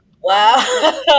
Wow